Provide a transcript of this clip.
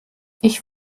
ich